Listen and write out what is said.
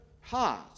heart